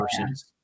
versus